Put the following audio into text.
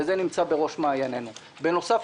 זה נמצא בראש מעיינינו; בנוסף,